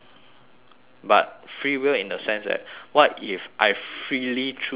but free will in the sense that what if I freely choose this